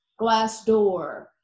Glassdoor